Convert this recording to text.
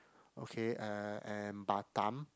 okay uh and Batam